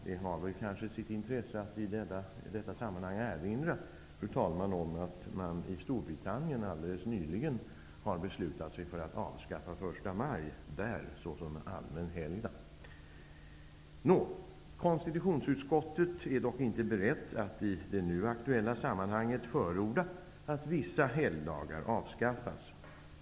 Det kan ha sitt intresse att i detta sammanhang erinra, fru talman, om att man i Storbritannien nyligen har beslutat sig för att avskaffa första maj där som en allmän helgdag. Konstitutionsutskottet är dock inte berett att i det nu aktuella sammanhanget förorda att vissa helgdagar avskaffas.